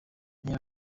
niba